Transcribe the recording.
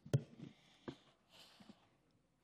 אנחנו מקשיבים.